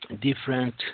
different